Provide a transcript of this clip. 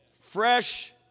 fresh